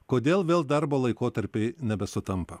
kodėl vėl darbo laikotarpiai nebesutampa